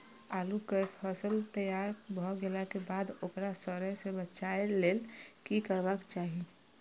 आलू केय फसल तैयार भ गेला के बाद ओकरा सड़य सं बचावय लेल की करबाक चाहि?